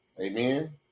Amen